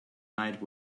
light